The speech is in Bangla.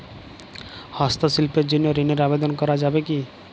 হস্তশিল্পের জন্য ঋনের আবেদন করা যাবে কি?